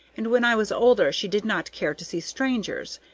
and when i was older she did not care to see strangers,